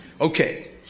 Okay